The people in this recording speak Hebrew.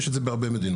יש את זה בהרבה מדינות.